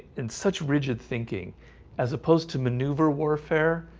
in such rigid thinking as opposed to maneuver warfare,